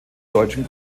deutschen